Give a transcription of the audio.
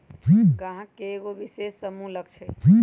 गाहक के एगो विशेष समूह लक्ष हई